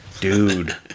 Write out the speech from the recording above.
Dude